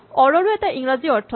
অৰ ৰো এটা ইংৰাজী অৰ্থ আছে